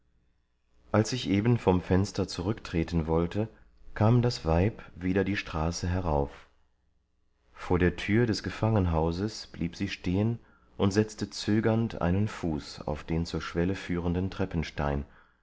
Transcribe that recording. als ich eben vom fenster zurücktreten wollte kam das weib wieder die straße herauf vor der tür des gefangenhauses blieb sie stehen und setzte zögernd einen fuß auf den zur schwelle führenden treppenstein